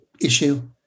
issue